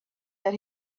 that